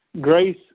grace